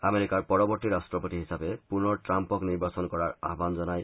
আমেৰিকাৰ পৰৱৰ্তি ৰাট্টপতি হিচাপে পুনৰ ট্ৰাম্পক নিৰ্বাচন কৰাৰ আয়ান জনায়